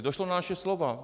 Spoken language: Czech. Došlo na naše slova.